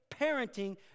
parenting